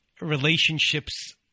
relationships